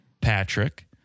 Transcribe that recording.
Patrick